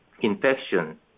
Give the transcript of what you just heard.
infection